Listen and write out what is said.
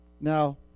Now